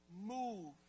move